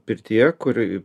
pirtyje kuri